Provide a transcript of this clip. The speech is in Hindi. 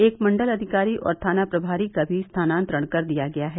एक मंडल अधिकारी और थाना प्रभारी का भी स्थानांतरण कर दिया गया है